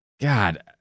God